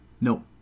No